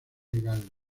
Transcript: legal